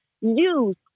use